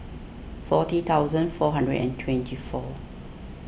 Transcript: forty thousand four hundred and twenty four